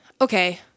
okay